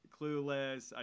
Clueless